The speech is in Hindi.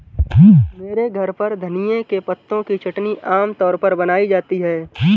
मेरे घर पर धनिए के पत्तों की चटनी आम तौर पर बनाई जाती है